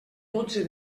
dotze